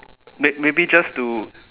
may maybe just to